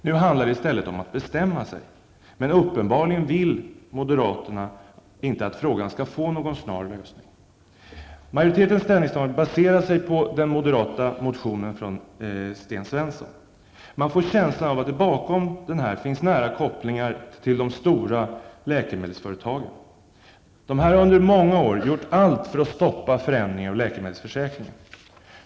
Nu handlar det i stället om att bestämma sig. Men uppenbarligen vill inte moderaterna att frågan skall få någon snar lösning. Majoritetens ställningstagande baserar sig på den moderata motionen av Sten Svensson. Man får känslan av att det bakom denna finns nära kopplingar till de stora läkemedelsföretagen. De har under många år gjort allt för att stoppa förändringar av läkemedelsförsäkringen.